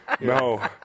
No